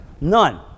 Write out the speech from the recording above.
none